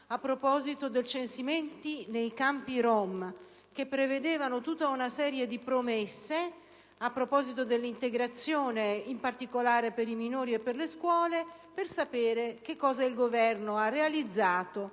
a proposito dei censimenti nei campi rom, che prevedeva una serie di promesse a proposito dell'integrazione, in particolare per i minori e per le scuole. Chiedo di sapere cosa il Governo abbia realizzato